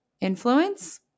Influence